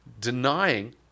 denying